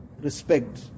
respect